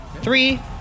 Three